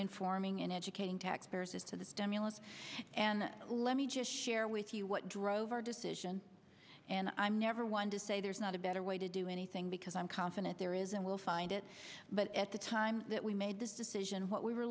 informing and educating taxpayers as to the stimulus and let me just share with you what drove our decision and i'm never one to say there's not a better way to do anything because i'm confident there is and we'll find it but at the time that we made this decision what we were